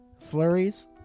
flurries